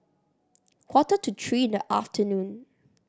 quarter to three in the afternoon